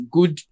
Good